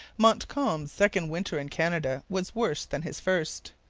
montcalm's second winter in canada was worse than his first.